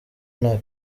nta